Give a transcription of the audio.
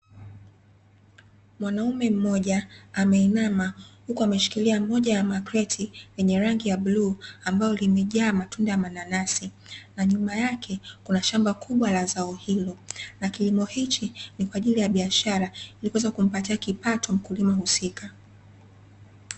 Mwanaume mmoja ameinama huku ameshikilia moja ya makreti yenye rangi ya bluu ambalo limejaa matunda ya mananasi na nyuma yake kuna shamba kubwa la zao hilo. Na kilimo hichi ni kwa ajili ya biashara ili kuweza kumpatia kipato mkulima husika.